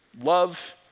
love